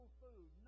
food